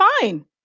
fine